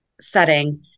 setting